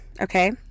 okay